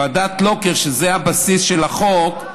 ועדת לוקר, שזה הבסיס של החוק,